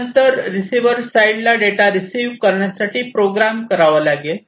त्यानंतर receiver side ला data receive करण्यासाठी प्रोग्रॅम करावा लागेल